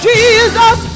Jesus